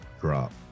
drop